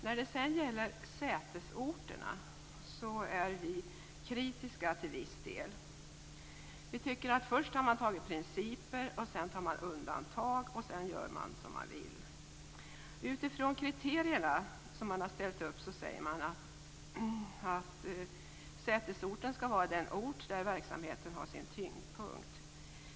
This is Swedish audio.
När det sedan gäller sätesorterna är vi till viss del kritiska. Först antar man principer, sedan gör man undantag och därefter gör man som man vill. Utifrån de kriterier som har ställts upp säger man att sätesorten skall vara den ort där verksamheten har sin tyngdpunkt.